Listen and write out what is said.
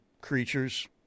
creatures